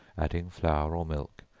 adding flour or milk,